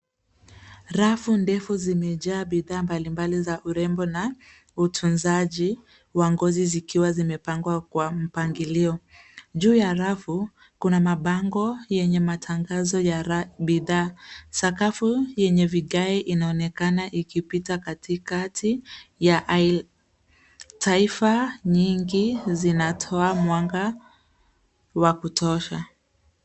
Rafu ndefu zimejaa bidhaa mbalimbali za urembo na utunzaji wa ngozi zikiwa zimepangwa kwa mpangilio. Juu ya rafu, kuna mabango yenye matangazo ya bidhaa. Sakafu yenye vigae inaonekana ikipita katikati ya isle . Taifa nyingi zinatoa mwanga wa kutosha.